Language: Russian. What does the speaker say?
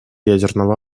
ядерного